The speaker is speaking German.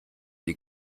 die